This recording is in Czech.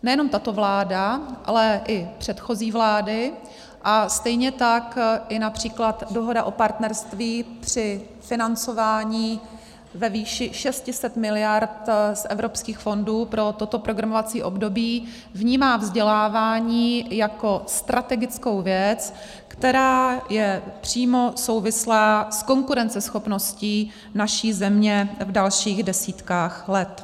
Nejenom tato vláda, ale i předchozí vlády a stejně tak i například dohoda o partnerství při financování ve výši 600 mld. z evropských fondů pro toto programovací období vnímá vzdělávání jako strategickou věc, která je přímo souvislá s konkurenceschopností naší země v dalších desítkách let.